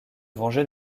venger